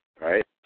right